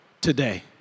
today